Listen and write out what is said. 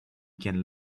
can